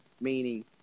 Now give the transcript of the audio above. Meaning